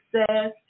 success